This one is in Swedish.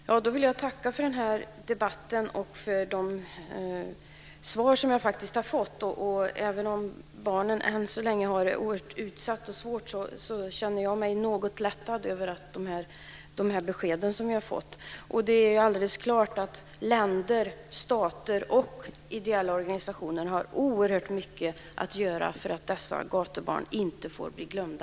Fru talman! Jag vill tacka för debatten och för de svar som jag har fått. Även om barnen än så länge är oerhört utsatta och har det svårt så känner jag mig något lättad över de besked som jag har fått. Det är alldeles klart att länder, stater och ideella organisationer har oerhört mycket att göra för att dessa gatubarn inte får bli glömda.